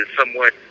somewhat